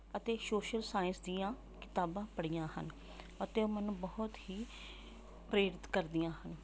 ਅਤੇ social science ਦੀਆਂ ਕਿਤਾਬਾਂ ਪੜ੍ਹੀਆਂ ਹਨ ਅਤੇ ਉਹ ਮੈਨੂੰ ਬਹੁਤ ਹੀ ਪ੍ਰੇਰਿਤ ਕਰਦੀਆਂ ਹਨ